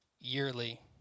yearly